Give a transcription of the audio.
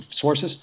sources